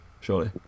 surely